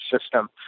system